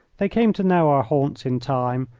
they came to know our haunts in time,